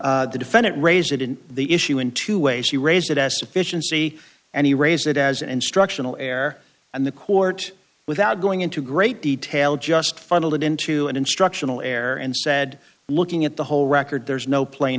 shed the defendant raised it in the issue in two ways he raised it as sufficiency and he raised it as an instructional air and the court without going into great detail just funneled it into an instructional error and said looking at the whole record there's no plane